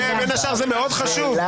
בין השאר, זה מאוד חשוב.